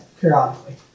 periodically